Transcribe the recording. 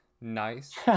Nice